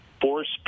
force